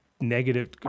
negative